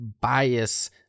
bias